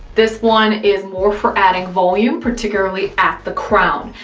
this one is more for adding volume, particularly at the crown,